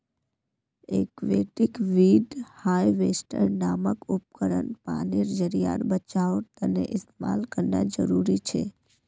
aquatic weed harvester नामक उपकरण पानीर ज़रियार बचाओर तने इस्तेमाल करना ज़रूरी छे